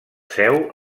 seu